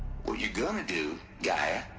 what you're gonna do. gaia.